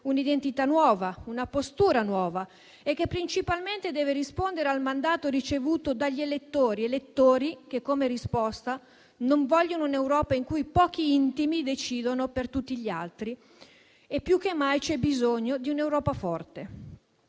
un'identità e una postura nuove, per rispondere principalmente al mandato ricevuto dagli elettori, che come risposta non vogliono un'Europa in cui pochi intimi decidono per tutti gli altri e più che mai c'è bisogno di un'Europa forte.